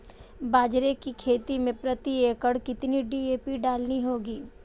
बाजरे की खेती में प्रति एकड़ कितनी डी.ए.पी डालनी होगी?